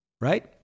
right